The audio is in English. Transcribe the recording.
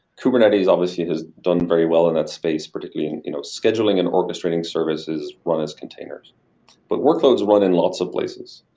kubernetes obviously has done very well in that space, particularly you know scheduling and orchestrating services to run its containers but workloads run in lots of places.